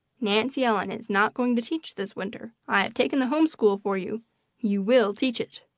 nancy ellen is not going to teach this winter. i have taken the home school for you you will teach it.